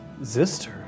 Zister